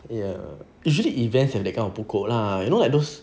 ya usually events that kind of pokok lah you know like those